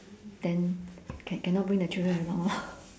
then ca~ cannot bring the children along lor